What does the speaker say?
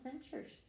adventures